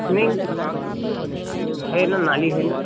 नहीं वो है ना नाली है न